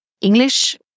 English